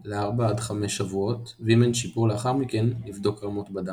ל4-5 שבועות ואם אין שיפור לאחר מכן נבדוק רמות בדם.